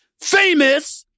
famous